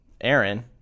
Aaron